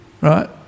right